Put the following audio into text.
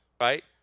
right